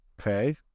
Okay